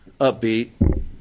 upbeat